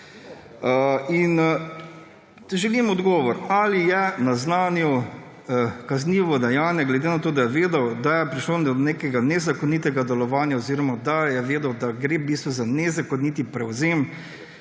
želim odgovor, ali je naznanil kaznivo dejanje glede na to, da je vedel, da je prišlo do nekega nezakonitega delovanja oziroma da je vedel, da gre v bistvu za nezakoniti prevzem